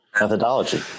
methodology